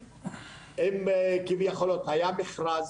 כביכול היה מכרז,